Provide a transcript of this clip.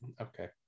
okay